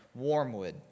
warmwood